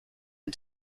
and